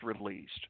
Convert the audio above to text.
released